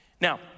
Now